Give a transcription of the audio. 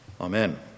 Amen